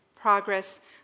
progress